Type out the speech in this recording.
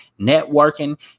networking